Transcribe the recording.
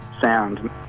sound